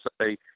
say